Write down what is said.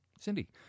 Cindy